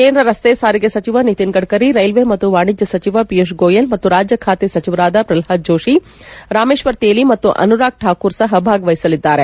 ಕೇಂದ್ರ ರಸ್ತೆ ಸಾರಿಗೆ ಸಚಿವ ನಿತಿನ್ ಗಡ್ಡರಿ ರೈಲ್ವೆ ಮತ್ತು ವಾಣಿಜ್ಯ ಸಚಿವ ಪಿಯೂಷ್ ಗೋಯಲ್ ಮತ್ತು ರಾಜ್ಯ ಖಾತೆ ಸಚಿವರಾದ ಪ್ರಹ್ಲಾದ್ ಪಟೇಲ್ ರಾಮೇಶ್ವರ್ ತೇಲಿ ಮತ್ತು ಅನುರಾಗ್ ಠಾಕೂರ್ ಅವರೂ ಸಹ ಭಾಗವಹಿಸಲಿದ್ದಾರೆ